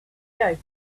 joke